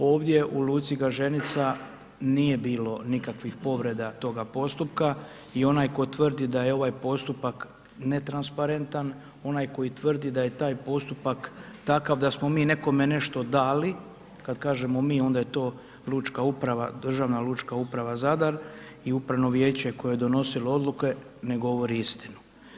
Ovdje u luci Gaženica nije bilo nikakvih povreda toga postupka i onaj tko tvrdi da je ovaj postupak netransparentan, onaj koji tvrdi da je taj postupak takav da smo mi nekome nešto dali, kad kažemo mi, onda je to Državna lučka uprava Zadar i upravno vijeće koje je donosilo odluke, ne govori istinu.